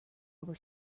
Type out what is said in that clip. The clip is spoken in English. over